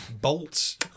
Bolts